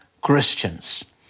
Christians